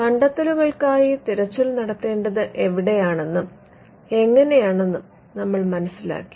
കണ്ടെത്തെലുകൾക്കായി തിരച്ചിൽ നടത്തേണ്ടത് എവിടെയാണെന്നും എങ്ങെനെയാണെന്നും നമ്മൾ മനസിലാക്കി